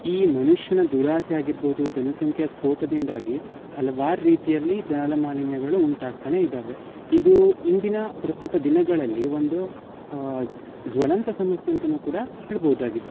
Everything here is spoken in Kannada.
ಈ ಮನುಷ್ಯನ ದುರಾಸೆ ಆಗಿರ್ಬೋದು ಜನಸಂಖ್ಯಾ ಸ್ಫೋಟದಿಂದಾಗಿ ಹಲ್ವಾರು ರೀತಿಯಲ್ಲಿ ಜಲಮಾಲಿನ್ಯಗಳು ಉಂಟಾಗ್ತಲೇ ಇದಾವೆ ಇದು ಇಂದಿನ ಪ್ರಸ್ತುತ ದಿನಗಳಲ್ಲಿ ಒಂದು ಜ್ವಲಂತ ಸಮಸ್ಯೆ ಅಂತಲೂ ಕೂಡ ಹೇಳ್ಬೋದಾಗಿದೆ